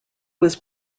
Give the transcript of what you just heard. was